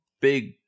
big